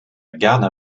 garde